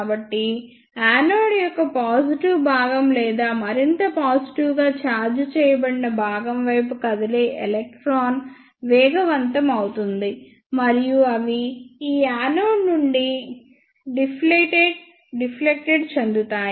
కాబట్టి యానోడ్ యొక్క పాజిటివ్ భాగం లేదా మరింత పాజిటివ్ గా చార్జ్ చేయబడిన భాగం వైపు కదిలే ఎలక్ట్రాన్ వేగవంతం అవుతుంది మరియు అవి ఈ యానోడ్ నుండి విక్షేపం చెందుతాయి